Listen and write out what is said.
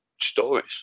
stories